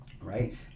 Right